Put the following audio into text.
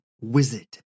wizard